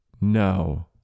no